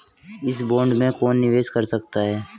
इस बॉन्ड में कौन निवेश कर सकता है?